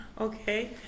Okay